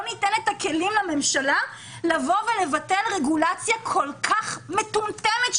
ניתן את הכלים לממשלה לבוא ולבטל רגולציה כל כך מטומטמת,